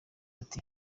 ati